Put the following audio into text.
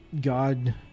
God